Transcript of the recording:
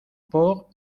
port